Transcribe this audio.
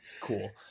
Cool